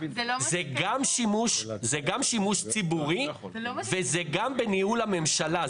זה גם שימוש ציבורי וזה גם בניהול הממשלה.